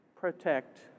protect